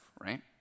right